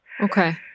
Okay